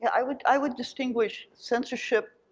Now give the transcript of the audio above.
i would i would distinguish censorship,